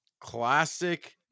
classic